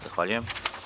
Zahvaljujem.